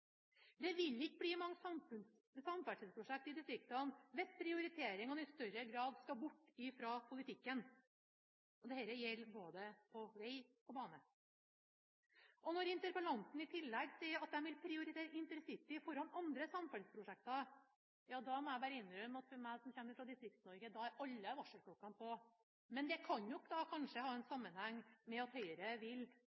Det vil ikke bli mange samferdselsprosjekter i distriktene hvis prioriteringene i større grad skal bort fra politikken. Dette gjelder både veg og bane. Når interpellanten i tillegg sier at hun vil prioritere intercityutbygging foran andre samferdselsprosjekter, må jeg bare innrømme at da – for meg som kommer fra Distrikts-Norge – er alle varsellampene på. Men det kan kanskje ha sammenheng med at Høyre vil bompengefinansiere utbygginga av en